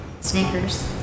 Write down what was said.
Snickers